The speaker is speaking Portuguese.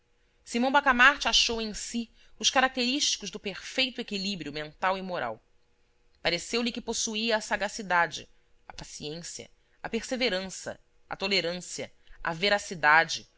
simão bacamarte achou em si os característicos do perfeito equilíbrio mental e moral pareceu-lhe que possuía a sagacidade a paciência a perseverança a tolerância a veracidade